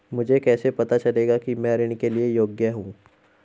मुझे कैसे पता चलेगा कि मैं ऋण के लिए योग्य हूँ?